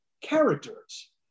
characters